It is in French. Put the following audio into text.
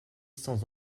sans